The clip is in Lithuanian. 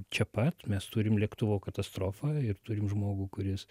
čia pat mes turim lėktuvo katastrofą ir turim žmogų kuris